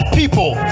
people